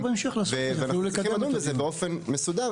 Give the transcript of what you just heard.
ואנחנו צריכים לדון בזה באופן מסודר